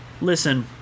listen